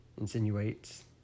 insinuates